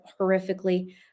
horrifically